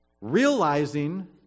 realizing